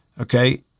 okay